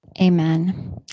Amen